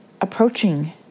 approaching